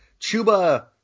Chuba